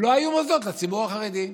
לא היו מוסדות לציבור החרדי.